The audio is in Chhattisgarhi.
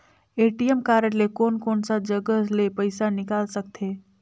ए.टी.एम कारड ले कोन कोन सा जगह ले पइसा निकाल सकथे?